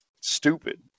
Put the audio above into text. stupid